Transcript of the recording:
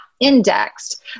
indexed